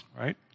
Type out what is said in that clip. right